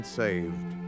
saved